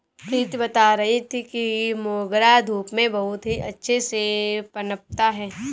प्रीति बता रही थी कि मोगरा धूप में बहुत ही अच्छे से पनपता है